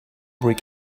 bring